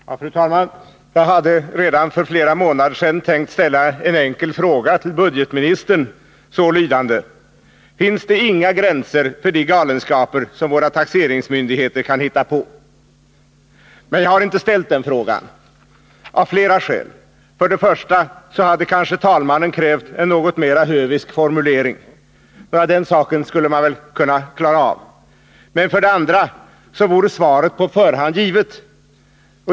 Fru talman! Jag hade redan för flera månader sedan tänkt ställa en enkel fråga till budgetministern, så lydande: ”Finns det inga gränser för de galenskaper som våra taxeringsmyndigheter kan hitta på?” Men jag har inte ställt den frågan — av flera skäl. För det första hade kanske talmannen krävt en något mera hövisk formulering. Men den saken skulle man väl ha kunnat klara av. För det andra vore svaret på förhand givet.